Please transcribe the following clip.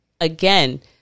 again